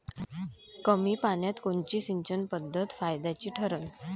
कमी पान्यात कोनची सिंचन पद्धत फायद्याची ठरन?